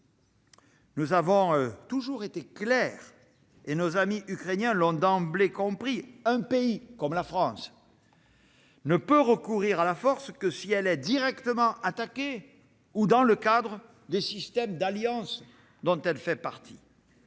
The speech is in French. Nous avons toujours été clairs et nos amis ukrainiens l'ont d'emblée compris : un pays comme la France ne peut recourir à la force que si elle est directement attaquée ou dans le cadre des systèmes d'alliance dont elle fait partie.